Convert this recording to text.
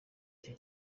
icyo